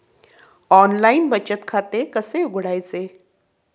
Online बचत खाते कसे उघडायचे?